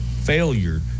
failure